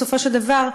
בסופו של דבר,